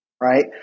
right